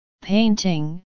Painting